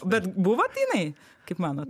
bet buvo jinai kaip manot